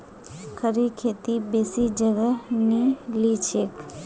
खड़ी खेती बेसी जगह नी लिछेक